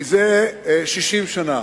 זה 60 שנה.